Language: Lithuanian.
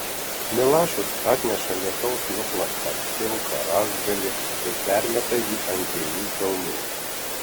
milašius atneša lietaus nuplaktą pilką rąstgalį ir permeta jį ant dviejų kelmų